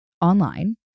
online